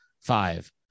five